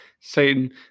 Satan